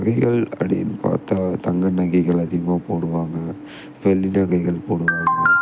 நகைகள் அப்படின்னு பார்த்தா தங்க நகைகள் அதிகமாக போடுவாங்க வெள்ளி நகைகள் போடுவாங்க